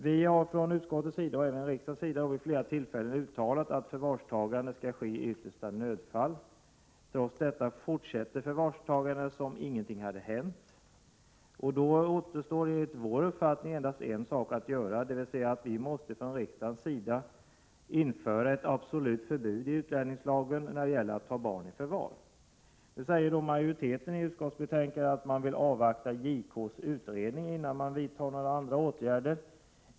Vi har från utskottets sida och även riksdagens vid flera tillfällen uttalat att förvarstagande skall ske i yttersta nödfall. Trots detta fortsätter förvarstagandet som om ingenting hade hänt. Då återstår enligt vår uppfattning endast en sak att göra, och det är att vi måste från riksdagens sida införa ett absolut förbud i utlänningslagen mot att ta barn i förvar. Nu säger majoriteten i utskottsbetänkandet att man vill avvakta JK:s utredning innan man vidtar några andra åtgärder.